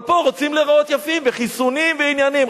אבל פה רוצים להיראות יפים, וחיסונים ועניינים.